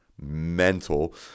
mental